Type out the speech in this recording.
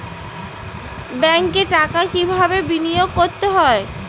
ব্যাংকে টাকা কিভাবে বিনোয়োগ করতে হয়?